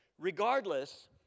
Regardless